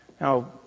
Now